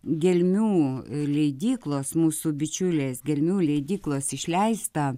gelmių leidyklos mūsų bičiulės gelmių leidyklos išleistą